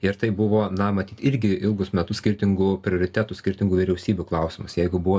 ir tai buvo na matyt irgi ilgus metus skirtingų prioritetų skirtingų vyriausybių klausimas jeigu buvo